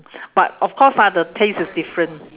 but of course ah the taste is different